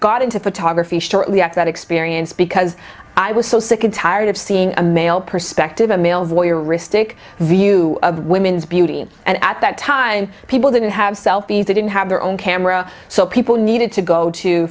got into photography shortly after that experience because i was so sick and tired of seeing a male perspective a male voyeuristic view of women's beauty and at that time people didn't have selfies they didn't have their own camera so people needed to go to